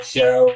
Show